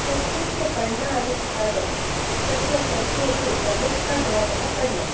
सस्यस्य् पर्णानि खादन्ति तत्र सस्येषु प्रमुखः भागः पर्णम्